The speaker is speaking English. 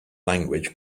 language